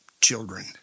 children